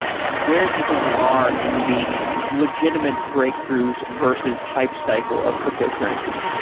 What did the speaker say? where do you think we are in the legitimate breakthroughs versus hype-cycle of cryptocurrencies?